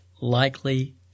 likely